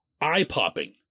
eye-popping